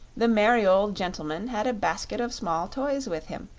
the merry old gentleman had a basket of small toys with him,